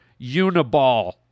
Uniball